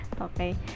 Okay